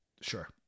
sure